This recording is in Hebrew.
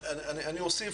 אני אוסיף,